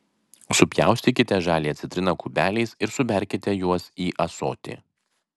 supjaustykite žaliąją citriną kubeliais ir suberkite juos į ąsotį